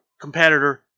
competitor